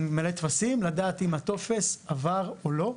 כשאתה ממלא טפסים, לדעת אם הטופס ער או לא.